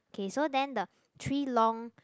K so then the three long